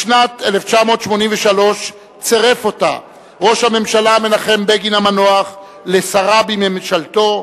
בשנת 1983 צירף אותה ראש הממשלה מנחם בגין המנוח כשרה בממשלתו,